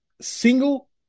single